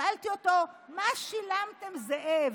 שאלתי אותו: מה שילמתם, זאב?